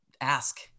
ask